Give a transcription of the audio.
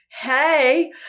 hey